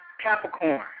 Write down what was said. Capricorn